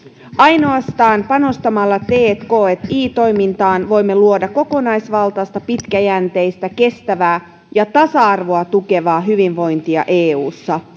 ainoastaan panostamalla tki toimintaan voimme luoda kokonaisvaltaista pitkäjänteistä kestävää ja tasa arvoa tukevaa hyvinvointia eussa